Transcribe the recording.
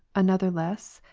another less?